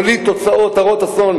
הוליד תוצאות הרות אסון